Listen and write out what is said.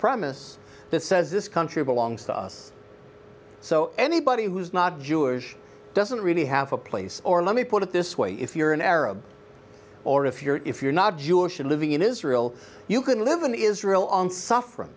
promise that says this country belongs to us so anybody who is not jewish doesn't really have a place or let me put it this way if you're an arab or if you're if you're not jewish and living in israel you can live in israel on suffer